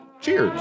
Cheers